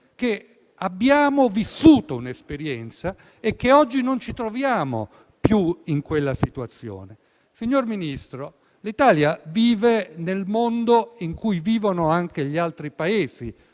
che abbiamo vissuto un'esperienza e che oggi non ci troviamo più in quella situazione. Signor Ministro, l'Italia vive nel mondo in cui vivono anche gli altri Paesi